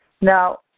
Now